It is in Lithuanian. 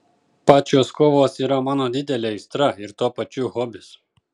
pačios kovos yra mano didelė aistra ir tuo pačiu hobis